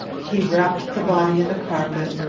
he wrapped the body in the carpet,